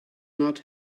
not